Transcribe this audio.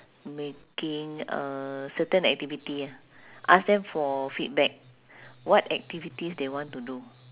making a certain activity ah ask them for feedback what activities they want to do